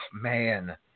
man